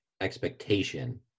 expectation